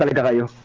and w